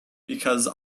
because